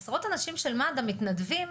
עשרות אנשים של מד"א מתנדבים,